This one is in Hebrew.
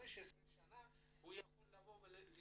15 שנה הוא יכול לדרוש